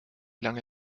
lange